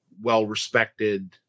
well-respected